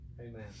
Amen